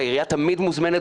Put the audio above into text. והעירייה תמיד מוזמנת,